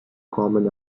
common